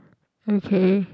okay